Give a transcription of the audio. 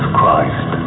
Christ